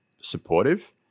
supportive